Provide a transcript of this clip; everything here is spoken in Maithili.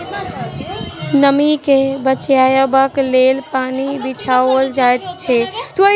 नमीं के बचयबाक लेल पन्नी बिछाओल जाइत छै